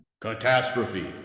Catastrophe